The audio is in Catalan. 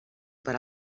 per